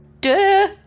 Duh